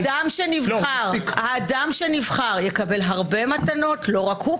האדם שנבחר יקבל הרבה מתנות לא רק הוא.